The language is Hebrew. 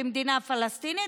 למדינה פלסטינית,